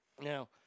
Now